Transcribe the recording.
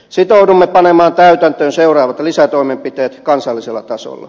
sitoudumme panemaan täytäntöön seuraavat lisätoimenpiteet kansallisella tasolla